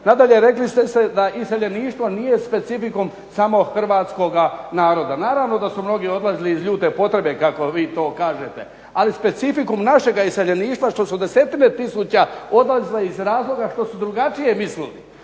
Nadalje, rekli ste da iseljeništvo nije specifikum samo hrvatskoga naroda. Naravno da su mnogi odlazili iz ljute potrebe kako vi to kažete, ali specifikum našega iseljeništva što su desetine tisuća odlazile iz razloga što su drugačije mislili.